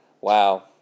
Wow